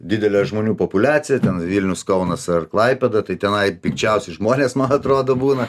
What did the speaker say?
didelė žmonių populiacija ten vilnius kaunas ar klaipėda tai tenai pikčiausi žmonės man atrodo būna